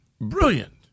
brilliant